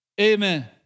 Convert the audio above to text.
Amen